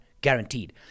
guaranteed